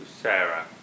Sarah